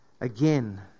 again